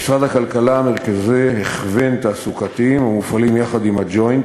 למשרד הכלכלה יש מרכזי הכוון תעסוקתיים המופעלים יחד עם ה"ג'וינט".